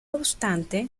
obstante